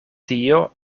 tio